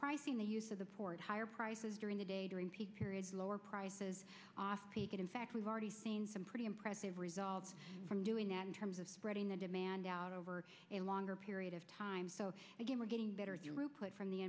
pricing the use of the poor at higher prices during the day during peak periods lower prices and in fact we've already seen some pretty impressive results from doing that in terms of spreading the demand out over a longer period of time so again we're getting better from the